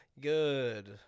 Good